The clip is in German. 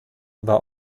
war